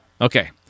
Okay